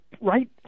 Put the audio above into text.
right